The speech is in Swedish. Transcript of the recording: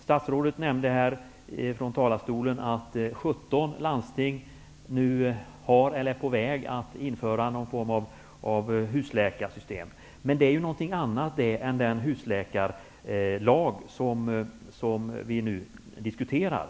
Statsrådet nämnde här från talarstolen att 17 landsting nu har eller är på väg att införa någon form av husläkarsystem. Men det är ju någonting annat än den husläkarlag som vi nu diskuterar.